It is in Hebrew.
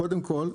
קודם כל,